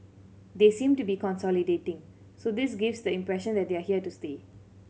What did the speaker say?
they seem to be consolidating so this gives the impression that they are here to stay